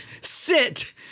sit